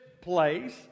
place